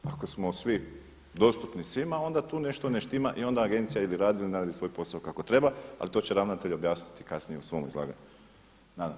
Ako smo svi dostupni svima onda tu nešto ne štima i onda agencija ili radi ili ne radi svoj posao kako treba, ali to će ravnatelj objasniti kasnije u svom izlaganju, nadam se.